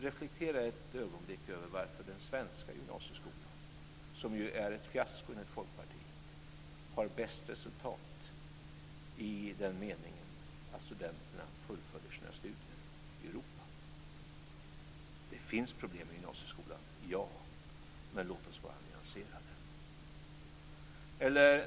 Reflektera ett ögonblick över varför den svenska gymnasieskolan, som ju är ett fiasko enligt Folkpartiet, har bäst resultat i Europa i den meningen att studenterna fullföljer sina studier i Europa! Det finns problem i gymnasieskolan, men låt oss vara nyanserade.